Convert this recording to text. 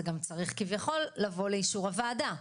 זה גם צריך כביכול לאישור הוועדה,